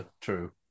true